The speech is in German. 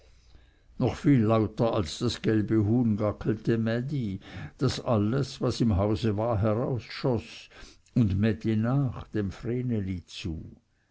noch viel lauter als das gelbe huhn gackelte mädi daß alles was im hause war herausschoß und mädi nach dem vreneli zu